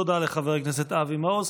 תודה לחבר הכנסת אבי מעוז.